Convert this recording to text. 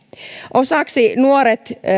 osaksi nuoret